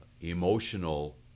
emotional